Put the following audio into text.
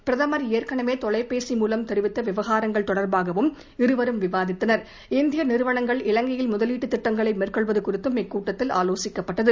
பிரதமர் ஏற்கனவே தொலைபேசி மூலம் தெரிவித்த விவகாரங்கள் தொடர்பாகவும் இருவரும் விவாதித்தனர் இந்திய நிறுவனங்கள் இலங்கையில் முதலீட்டு திட்டங்களை மேற்கொள்வது குறித்தும் இக்கூட்டத்தில் ஆலோசிக்கப்பட்டது